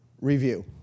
review